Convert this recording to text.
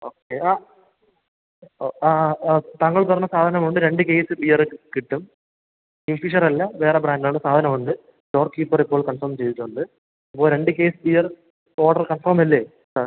okay ആ ഓ ആ ആ ഓ താങ്കൾ പറഞ്ഞ സാധനമുണ്ട് രണ്ട് കേസ് ബിയറ് കിട്ടും കിങ്ഫിഷറല്ല വേറെ ബ്രാൻറ്റാണ് സാധനമുണ്ട് സ്റ്റോർ കീപ്പറിപ്പോൾ കൺഫേം ചെയ്തിട്ടുണ്ട് അപ്പോൾ രണ്ട് കേസ് ബിയറർ ഓഡറ് കൺഫേമല്ലേ സാർ